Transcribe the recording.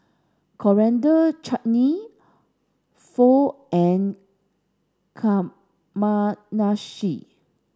Coriander Chutney Pho and Kamameshi